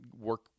work